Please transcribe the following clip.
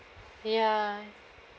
ya